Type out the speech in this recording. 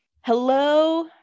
Hello